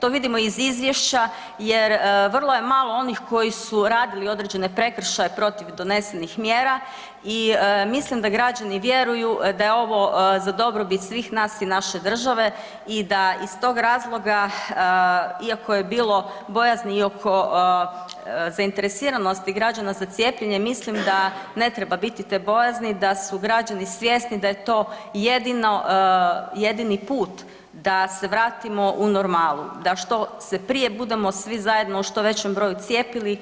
To vidimo iz izvješća jer vrlo je malo onih koji su radili određene prekršaje protiv donesenih mjera i mislim da građani vjeruju da je ovo za dobrobit svih na i naše države i da iz tog razloga iako je bilo bojazni i oko zainteresiranosti građana za cijepljenje, mislim da ne treba biti te bojazni, da su građani svjesni da je to jedini put da se vratimo u normalu, da što se prije budemo svi zajedno u što većem broju cijepili,